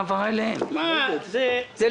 אפשר לדעת על איזה פנייה מדובר?